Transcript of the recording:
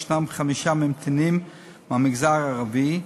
יש חמישה ממתינים מהמגזר הערבי,